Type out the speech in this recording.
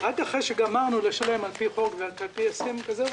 רק אחרי שגמרנו לשלם על פי חוק ועל פי הסכם כזה או